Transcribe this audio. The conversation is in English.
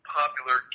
popular